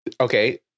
Okay